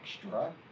extra